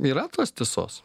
yra tos tiesos